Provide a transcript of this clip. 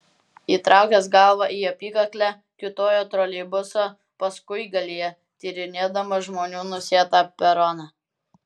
įtraukęs galvą į apykaklę kiūtojo troleibuso paskuigalyje tyrinėdamas žmonių nusėtą peroną